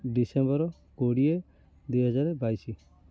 December କୋଡ଼ିଏ ଦୁଇହଜାର ବାଇଶି